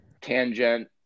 tangent